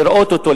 לראות אותו,